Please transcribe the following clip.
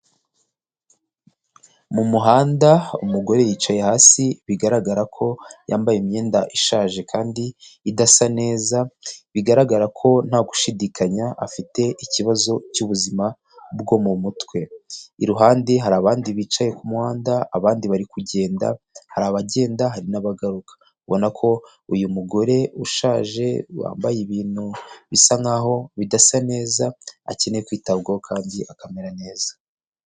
Mu muhanda umugore yicaye hasi bigaragara ko yambaye imyenda ishaje kandi idasa neza, bigaragara ko nta gushidikanya afite ikibazo cy'ubuzima bwo mu mutwe. Iruhande hari abandi bicaye ku muhanda, abandi bari kugenda hari abagenda hari n'abagaruka. Ubona ko uyu mugore ushaje wambaye ibintu bisa nkaho bidasa neza akeneye kwitabwaho kandi akamera neza.